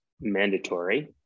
mandatory